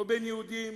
לא בין יהודים